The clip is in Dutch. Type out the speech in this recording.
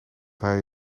hij